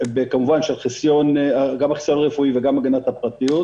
כמובן גם של חיסיון רפואי וגם של הגנת הפרטיות.